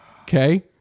Okay